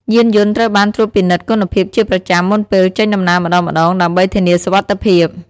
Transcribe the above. យានយន្តត្រូវបានត្រួតពិនិត្យគុណភាពជាប្រចាំមុនពេលចេញដំណើរម្តងៗដើម្បីធានាសុវត្ថិភាព។